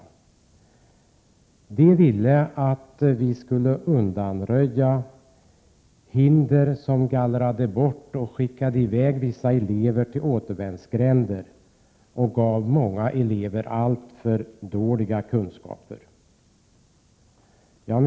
Tidigare generationer ville att vi skulle undanröja de hinder som gjorde att vissa elever gallrades bort, hänvisades till återvändsgränder och fick alltför dåliga kunskaper.